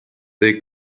they